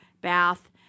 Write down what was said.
bath